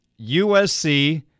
USC